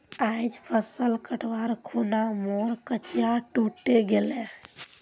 आइज फसल कटवार खूना मोर कचिया टूटे गेले